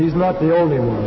he's not the only one